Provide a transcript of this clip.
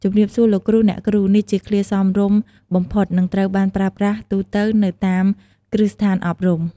"ជំរាបសួរលោកគ្រូ អ្នកគ្រូ" នេះជាឃ្លាសមរម្យបំផុត និងត្រូវបានប្រើប្រាស់ទូទៅនៅតាមគ្រឹះស្ថានអប់រំ។